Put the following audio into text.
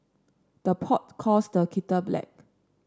the pot calls the kettle black